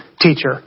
teacher